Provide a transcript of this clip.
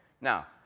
now